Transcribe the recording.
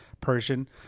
Persian